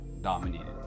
dominated